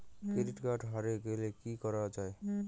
Credit card হারে গেলে কি করা য়ায়?